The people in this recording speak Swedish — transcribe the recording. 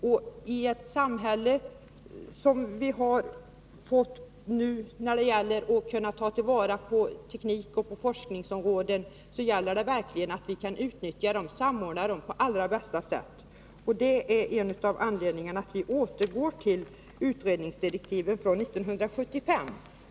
I det samhälle som vi nu har fått gäller det att vi verkligen kan ta vara på och på allra bästa sätt samordna resurserna på områdena teknik och forskning. Det är en av anledningarna till att vi återgår till utredningsdirektiven från 1975.